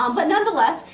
um but nonetheless,